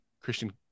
christian